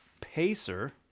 Pacer